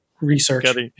research